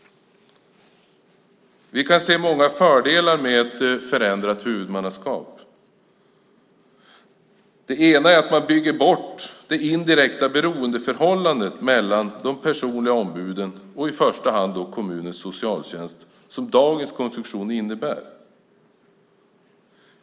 Vi ser många fördelar med förändrat huvudmannaskap. Man bygger bort det indirekta beroendeförhållande mellan de personliga ombuden och i första hand kommunens socialtjänst som dagens konstruktion innebär.